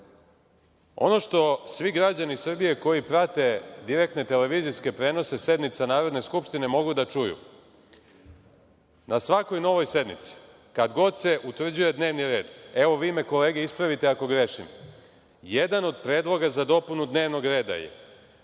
što svi građani Srbije koji prate direktne tv prenose sednice Narodne skupštine mogu da čuju, na svakoj novoj sednici kad god se utvrđuje dnevni red, evo vi me kolege ispravite ako grešim, jedan od predloga za dopunu dnevnog reda,